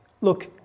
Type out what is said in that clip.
Look